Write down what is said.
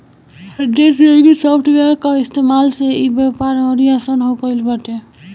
day trading software कअ इस्तेमाल से इ व्यापार अउरी आसन हो गिल बाटे